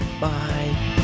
Bye